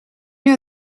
know